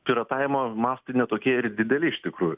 piratavimo mastai ne tokie ir dideli iš tikrųjų